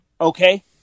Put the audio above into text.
Okay